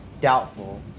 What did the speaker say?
doubtful